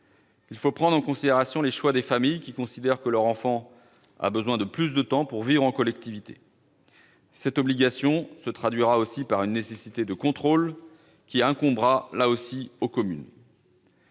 Il faut prendre en considération les choix de familles qui considèrent que leur enfant a besoin de plus de temps avant de vivre en collectivité. Cette obligation se traduira aussi par une nécessité de contrôle, qui incombera également aux communes.